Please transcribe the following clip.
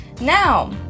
Now